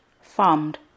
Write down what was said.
farmed